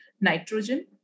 nitrogen